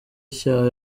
icyaha